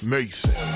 Mason